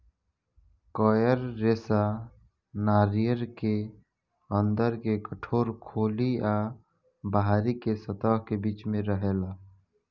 coir रेशा नारियर के अंदर के कठोर खोली आ बाहरी के सतह के बीच में रहेला